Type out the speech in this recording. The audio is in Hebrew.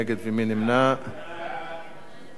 סעיף 1